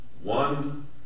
one